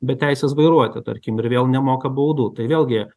be teisės vairuoti tarkim ir vėl nemoka baudų tai vėlgi